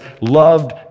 loved